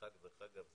מרחק של 700,